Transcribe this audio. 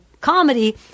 comedy